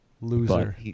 Loser